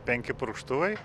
penki purkštuvai